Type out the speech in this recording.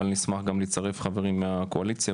אבל נשמח גם לצרף חברים מהקואליציה,